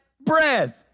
bread